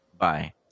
Bye